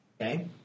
Okay